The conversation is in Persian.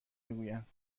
میگویند